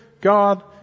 God